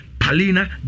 Palina